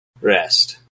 rest